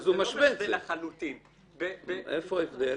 איפה ההבדל?